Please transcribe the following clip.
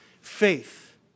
Faith